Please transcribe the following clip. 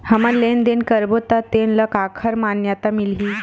हमन लेन देन करबो त तेन ल काखर मान्यता मिलही?